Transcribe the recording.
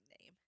name